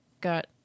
got